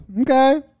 okay